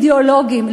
אידיאולוגים,